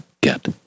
get